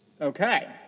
Okay